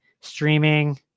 streaming